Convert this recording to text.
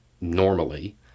normally